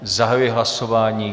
Zahajuji hlasování.